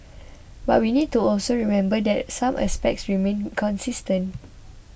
but we need to also remember that some aspects remain consistent